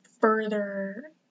further